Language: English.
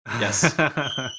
Yes